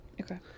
Okay